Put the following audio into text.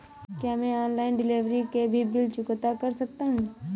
क्या मैं online delivery के भी बिल चुकता कर सकता हूँ?